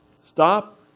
Stop